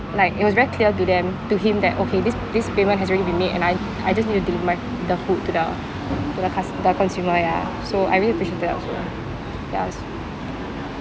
like it was very clear to them to him that okay this this payment has already been made and I I just need to deliver my the food to the to the cust~ the consumer ya so I really appreciated that also yes